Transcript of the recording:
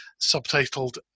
subtitled